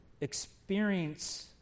experience